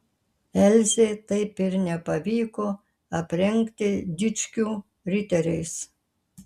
elzei taip ir nepavyko aprengti dičkių riteriais